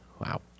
Wow